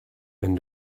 wenn